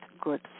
good